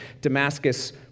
Damascus